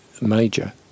major